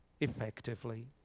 effectively